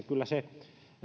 kyllä se